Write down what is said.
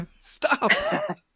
Stop